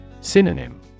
Synonym